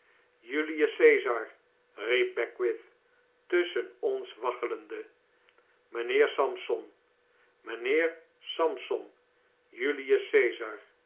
julius cesar riep beckwith tusschen ons waggelende n mynheer sampson mijnheer sampson julius cesar